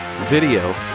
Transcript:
video